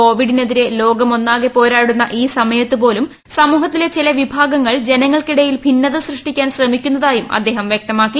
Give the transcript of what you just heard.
കോവിഡിനെതിരെ ലോകമൊന്നാകെ പോരാടുന്ന ഈ സമയത്തുപോലും സമൂഹത്തിലെ ചില വിഭാഗങ്ങൾ ജനങ്ങൾക്കിടയിൽ ഭിന്നത സൃഷ്ടിക്കാൻ ശ്രമിക്കുന്നതായും അദ്ദേഹം വ്യക്തമാക്കി